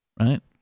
right